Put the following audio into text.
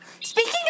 Speaking